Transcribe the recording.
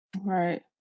Right